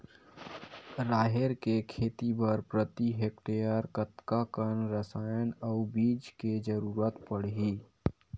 राहेर के खेती बर प्रति हेक्टेयर कतका कन रसायन अउ बीज के जरूरत पड़ही?